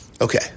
Okay